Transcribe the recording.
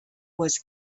was